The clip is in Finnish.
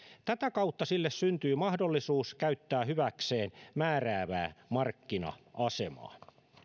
tätä kautta sille syntyy mahdollisuus käyttää hyväkseen määräävää markkina asemaa